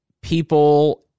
people